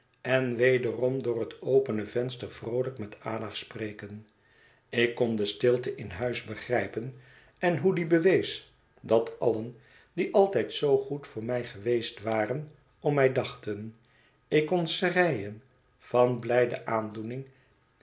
en wederom door het opene venster vroolijk met ada spreken ik kon de stilte in huis begrijpen en hoe die bewees dat allen die altijd zoo goed voor mij geweest waren om mij dachten ik kon schreien van blijde aandoening